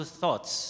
thoughts